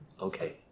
okay